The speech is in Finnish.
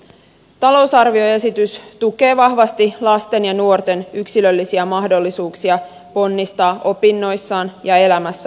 talousarvioesitys tukee vahvasti lasten ja nuorten yksilöllisiä mahdollisuuksia ponnistaa opinnoissaan ja elämässään eteenpäin